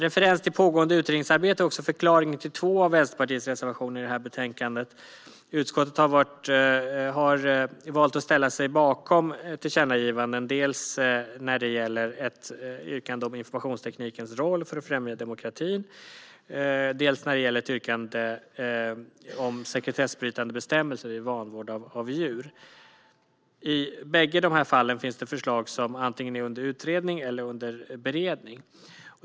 Referens till pågående utredningsarbete är också förklaringen till två av Vänsterpartiets reservationer i det här betänkandet. Utskottet har valt att ställa sig bakom tillkännagivanden dels när det gäller ett yrkande om informationsteknikens roll för att främja demokratin, dels när det gäller ett yrkande om sekretessbrytande bestämmelser vid vanvård av djur. I bägge fallen finns det förslag som antingen är under utredning eller under beredning.